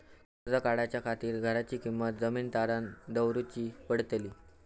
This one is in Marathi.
कर्ज काढच्या खातीर घराची किंवा जमीन तारण दवरूची पडतली?